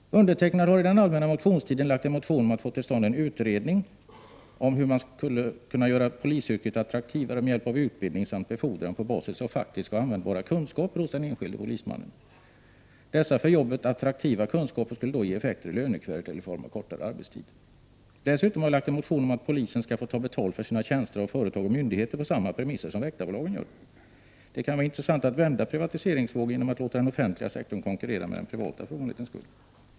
Jag har under den allmänna motionstiden lagt en motion om att få till stånd en utredning, om hur man skall kunna göra polisyrket attraktivare med hjälp av utbildning samt befordran på basis av faktiska och användbara kunskaper hos den enskilde polismannen. Dessa för jobbet attraktiva kunskaper skulle då ge effekter i lönekuvertet eller i form av kortare arbetstid. Dessutom har jag lagt en motion om att polisen skall få ta betalt för sina tjänster av företag och myndigheter, på samma premisser som väktarbolagen i dag gör. Det kan ju vara intressant att vända på privatiseringsvågen genom att låta den offentliga sektorn konkurrera med den privata för ovanlighetens skull.